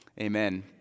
Amen